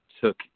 took